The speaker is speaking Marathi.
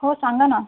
हो सांगा ना